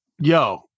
Yo